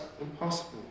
impossible